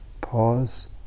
Pause